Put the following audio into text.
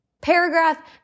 Paragraph